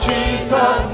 Jesus